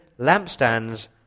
lampstands